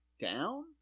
down